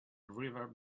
river